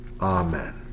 Amen